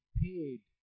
paid